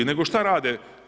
Nego šta rade?